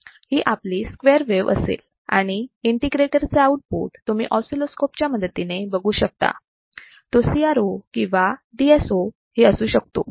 ही आपली square wave असेल आणि इंटिग्रेटर चे आउटपुट तुम्ही असिलोस्कोप च्या मदतीने बघू शकता तो CRO किंवा DSO ही असू शकतो